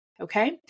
Okay